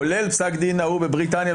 כולל פסק הדין ההוא בבריטניה,